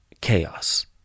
chaos